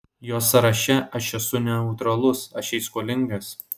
jos sąraše aš esu neutralus aš jai skolingas